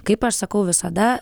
kaip aš sakau visada